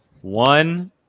one